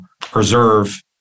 preserve